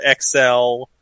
XL